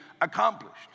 accomplished